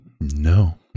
No